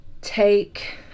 take